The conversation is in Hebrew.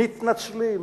מתנצלים,